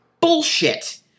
bullshit